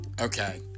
Okay